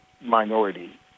minority